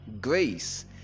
grace